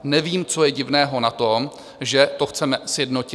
Nevím, co je divného na tom, že to chceme sjednotit.